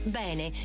bene